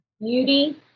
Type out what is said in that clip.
beauty